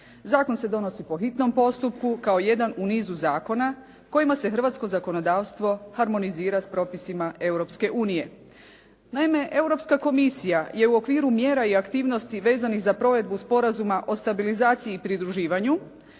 Zakon se donosi po hitnom postupku, kao jedan u nizu zakona kojima se hrvatsko zakonodavstvo harmonizira s propisima Europske unije. Naime, Europska komisija je u okviru mjera i aktivnosti vezanih za provedbu sporazuma o stabilizaciji i pridruživanju,